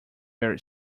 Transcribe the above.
very